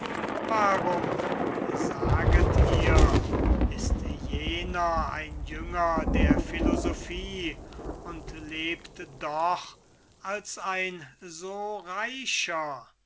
warum ist jener ein jünger der philosophie und lebt doch als ein so reicher